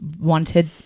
wanted